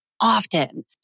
often